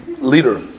leader